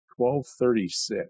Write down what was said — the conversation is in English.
12:36